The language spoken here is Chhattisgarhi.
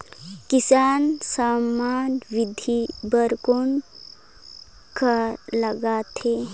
किसान सम्मान निधि बर कौन का लगथे?